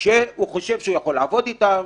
שהוא חושב שהוא יכול לעבוד איתם,